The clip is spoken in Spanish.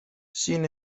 sin